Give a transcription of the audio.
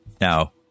now